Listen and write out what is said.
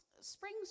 Spring's